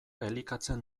elikatzen